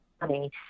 money